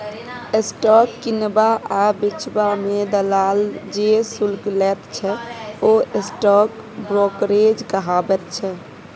stock किनबा आ बेचबा मे दलाल जे शुल्क लैत छै ओ स्टॉक ब्रोकरेज कहाबैत छै